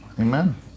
Amen